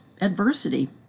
adversity